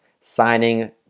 signing